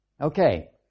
Okay